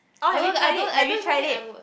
oh I don't I don't even think I would